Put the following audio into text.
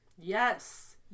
Yes